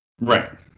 Right